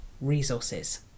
resources